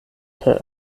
kaj